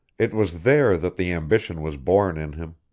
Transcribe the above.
it was there that the ambition was born in him.